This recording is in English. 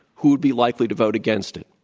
who would be likely to vote against it?